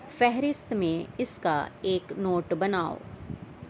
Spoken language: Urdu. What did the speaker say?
فہرست میں اس کا ایک نوٹ بناؤ